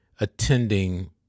attending